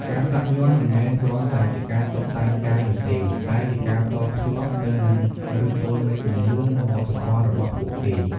ការសាក់យ័ន្តមិនមែនគ្រាន់តែជាការតុបតែងកាយនោះទេ តែជាការតភ្ជាប់ទៅនឹងឫសគល់នៃជំនឿ និងវប្បធម៌របស់ពួកគេ។